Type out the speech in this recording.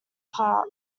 part